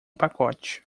pacote